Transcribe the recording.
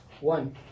One